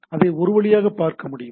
அதைப் ஒரு வழியாக பார்க்க முடியும்